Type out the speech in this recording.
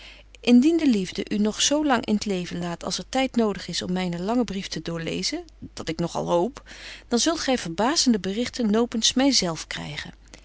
indien de liefde u nog zo lang in t leven laat als er tyd nodig is om mynen langen brief te doorlezen dat ik nog al hoop dan zult gy verbazende berichten nopens my zelf krygen